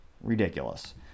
Ridiculous